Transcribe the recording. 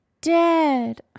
dead